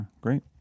Great